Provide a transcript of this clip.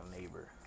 neighbor